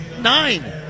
nine